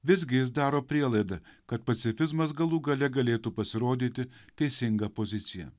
visgi jis daro prielaidą kad pacifizmas galų gale galėtų pasirodyti teisinga pozicija